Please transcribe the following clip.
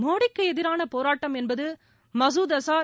மோடிக்கு எதிரான போராட்டம் என்பது மசூத் ஆசார்